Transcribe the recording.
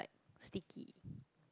sticky